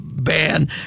ban